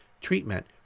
treatment